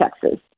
texas